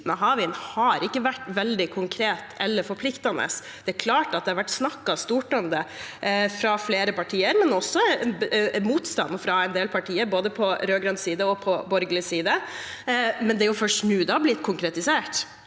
har jo ikke vært veldig konkrete eller forpliktende. Det er klart at det har vært snakket stort om det fra flere partier, men det har også vært motstand fra en del partier på både rød-grønn og borgerlig side. Det er jo først nå det har blitt konkretisert.